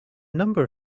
number